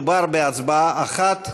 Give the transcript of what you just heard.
מדובר בהצבעה אחת.